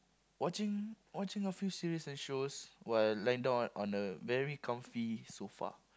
watching watching a few series and shows while liying down on on a very comfy sofa